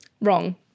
Wrong